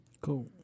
Cool